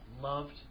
loved